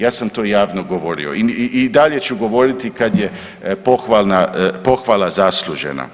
Ja sam to javno govorio i dalje ću govoriti kad je pohvala zaslužena.